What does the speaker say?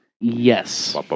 Yes